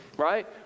right